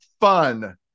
fun